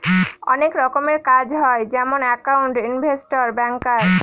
অনেক রকমের কাজ হয় যেমন একাউন্ট, ইনভেস্টর, ব্যাঙ্কার